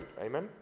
Amen